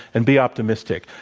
and be optimistic.